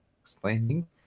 explaining